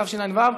התשע"ו 2016,